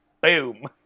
boom